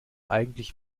eigentlich